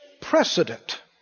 precedent